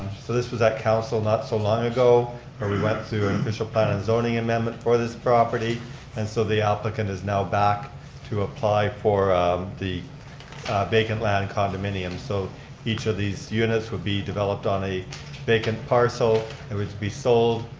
so this was that council not so long ago where we went through an and official plan and zoning amendment for this property and so the applicant is now back to apply for the vacant land condominium. so each of these units would be developed on a vacant parcel and would be sold.